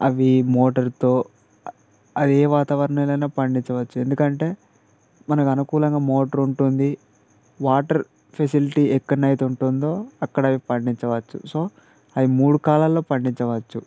అవి మోటార్తో అది ఏ వాతావరణంలో అయినా పండించచ్చు ఎందుకంటే మనకు అనుకూలంగా మోటార్ ఉంటుంది వాటర్ ఫెసిలిటీ ఎక్కడనయితే ఉంటుందో అక్కడ అది పండించవచ్చు సో అది మూడు కాలాల్లో పండించవచ్చు